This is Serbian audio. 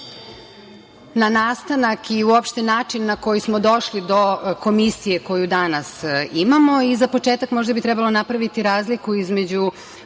na nastanak i uopšte način na koji smo došli do Komisije koju danas imamo.Za početak možda bi trebalo napraviti razliku između